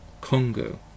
Congo